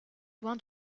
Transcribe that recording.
loin